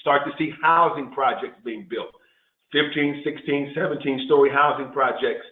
start to see housing projects being built fifteen, sixteen, seventeen story housing projects.